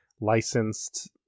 licensed